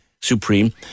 Supreme